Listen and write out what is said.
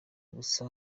gusa